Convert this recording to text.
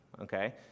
Okay